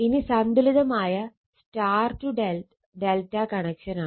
ഇനി സന്തുലിതമായ Y ∆ കണക്ഷനാണ്